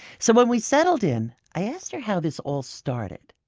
so when we settled in, i asked her how this all started